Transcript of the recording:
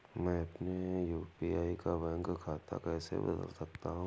मैं अपने यू.पी.आई का बैंक खाता कैसे बदल सकता हूँ?